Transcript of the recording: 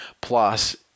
Plus